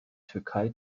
türkei